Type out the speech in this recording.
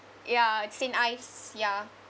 ya St. Ives ya